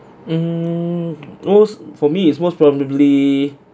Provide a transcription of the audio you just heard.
mm goes for me is most probably